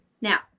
Now